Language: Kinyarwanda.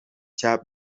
cya